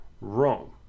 Rome